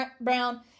Brown